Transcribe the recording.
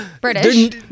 British